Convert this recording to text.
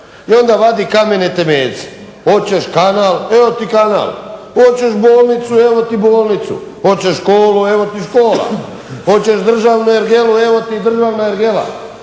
i onda vadi kamene temeljce. Hoćeš kanal, evo ti kanal. Hoćeš bolnicu, evo ti bolnicu. Hoćeš školu, evo ti škola. Hoćeš državnu ergelu, evo ti državna ergela.